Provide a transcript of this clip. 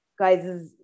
guys